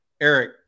Eric